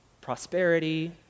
prosperity